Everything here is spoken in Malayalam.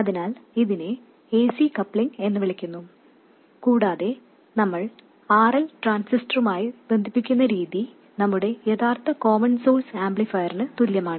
അതിനാൽ ഇതിനെ ac കപ്ലിംഗ് എന്ന് വിളിക്കുന്നു കൂടാതെ നമ്മൾ RL ട്രാൻസിസ്റ്ററുമായി ബന്ധിപ്പിക്കുന്ന രീതി നമ്മുടെ യഥാർത്ഥ കോമൺ സോഴ്സ് ആംപ്ലിഫയറിന് തുല്യമാണ്